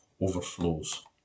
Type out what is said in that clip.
overflows